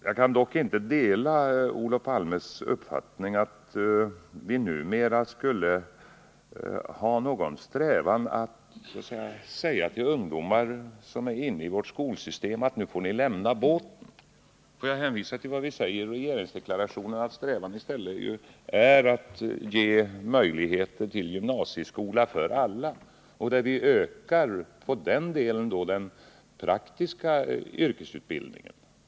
Jag kan dock inte dela Olof Palmes uppfattning att vi numera skulle vilja säga till ungdomar som är inne i skolsystemet att de måste lämna båten. Får jag hänvisa till att vi i stället i regeringsdeklarationen säger att vår strävan är att ge alla möjlighet att genomgå gymnasieskola och att vi vill öka den praktiska yrkesutbildningen inom gymnasieskolan.